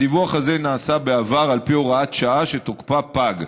הדיווח הזה נעשה בעבר על פי הוראת שעה, ותוקפה פג.